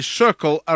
circle